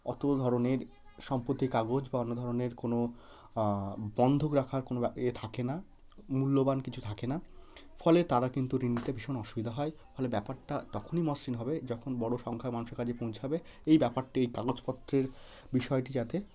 অতো ধরনের সম্পত্তির কাগজ বা অন্য ধরনের কোনো বন্ধক রাখার কোনো এ থাকে না মূল্যবান কিছু থাকে না ফলে তারা কিন্তু ঋণ নিতে ভীষণ অসুবিধা হয় ফলে ব্যাপারটা তখনই মসৃণ হবে যখন বড়ো সংখ্যা মানুষের কাছে পৌঁছাবে এই ব্যাপারটি এই কাগজপত্রের বিষয়টি যাতে